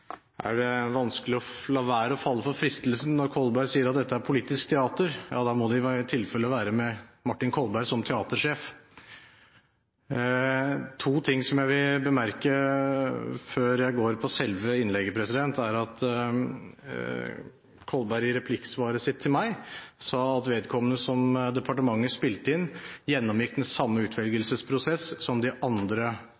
er det vanskelig når Kolberg sier at dette er politisk teater, å la være å falle for fristelsen til å si at da må det i tilfelle være med Martin Kolberg som teatersjef. Det er to ting jeg vil bemerke før jeg går på selve innlegget, og det er at Kolberg i replikksvaret sitt til meg sa at vedkommende som departementet spilte inn, gjennomgikk den samme